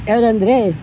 ಯಾವ್ದಂದ್ರೆ